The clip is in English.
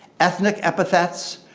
ethnic epithets,